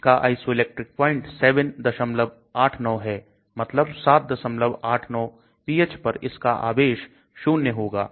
इसका Isoelectric point 789 है मतलब 789 pH पर इसका आवेश 0 होगा